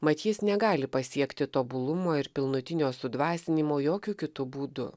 mat jis negali pasiekti tobulumo ir pilnutinio sudvasinimo jokiu kitu būdu